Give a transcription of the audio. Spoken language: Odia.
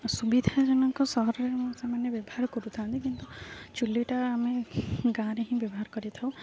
ସୁବିଧାଜନକ ସହରରେ ସେମାନେ ବ୍ୟବହାର କରୁଥାନ୍ତି କିନ୍ତୁ ଚୁଲିଟା ଆମେ ଗାଁରେ ହିଁ ବ୍ୟବହାର କରିଥାଉ